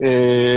בעיר שלמה.